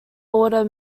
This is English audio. order